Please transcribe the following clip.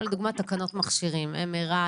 לדוגמא תקנות מכשירים כמו MRI,